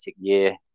year